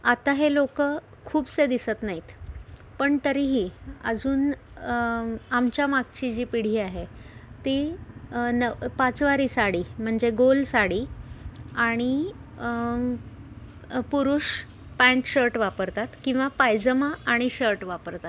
आता हे लोक खूपसे दिसत नाहीत पण तरीही अजून आमच्या मागची जी पिढी आहे ती न पाचवारी साडी म्हणजे गोल साडी आणि पुरुष पॅन्ट शर्ट वापरतात किंवा पायजमा आणि शर्ट वापरतात